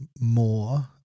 more